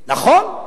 נכון,